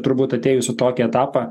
turbūt atėjus į tokį etapą